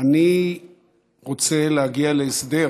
אני רוצה להגיע להסדר